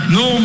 no